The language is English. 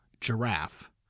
giraffe